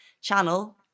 channel